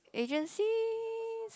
agencies